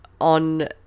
on